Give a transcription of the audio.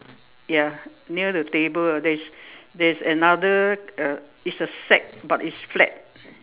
ya near the table there's there's another uh it's a sack but it's flat